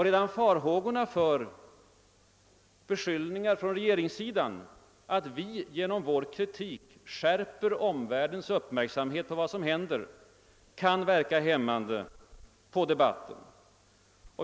Redan farhågorna för beskyllningar från regeringssidan om att vi genom vår kri tik skärper omvärldens uppmärksamhet på vad som händer kan verka hämmande på debatten.